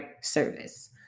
service